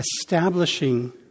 establishing